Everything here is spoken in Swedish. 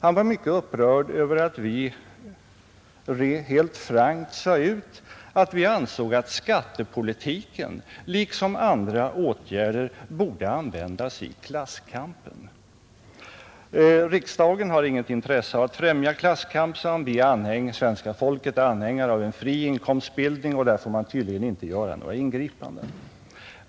Han var mycket upprörd över att vi helt frankt sade ut att vi ansåg att skattepolitiken liksom andra åtgärder borde användas i klasskampen. Riksdagen har inget intresse av att främja klasskamp, sade han. Svenska folket är anhängare av en fri inkomstbildning, och där får man tydligen inte göra några ingripanden.